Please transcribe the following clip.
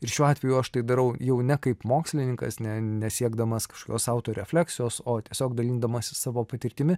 ir šiuo atveju aš tai darau jau ne kaip mokslininkas ne nesiekdamas kažkokios autorefleksijos o tiesiog dalindamasis savo patirtimi